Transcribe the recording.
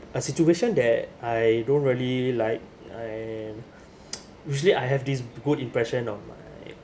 a situation that I don't really like I usually I have this good impression of my